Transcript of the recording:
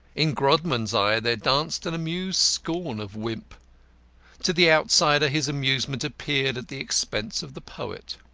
in grodman's eye there danced an amused scorn of wimp to the outsider his amusement appeared at the expense of the poet.